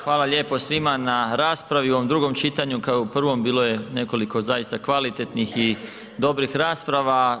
Hvala lijepo svima na raspravi u ovom drugom čitanju, kao i u prvom bilo je nekoliko zaista kvalitetnih i dobrih rasprava.